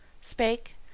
spake